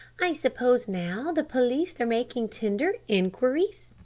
i suppose now the police are making tender inquiries?